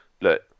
look